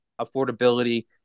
affordability